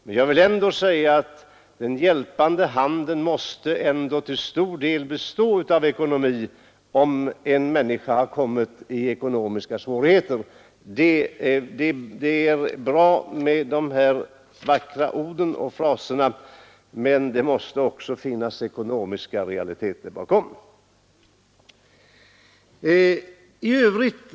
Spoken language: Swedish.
Men jag vill ändå säga att den hjälpande handen måste innehålla ekonomi, om en människa har hamnat i ekonomiska svårigheter. Det är bra med vackra ord och fraser, men det måste även finnas ekonomiska realiteter bakom.